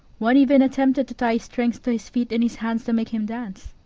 one even attempted to tie strings to his feet and his hands to make him dance.